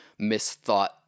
misthought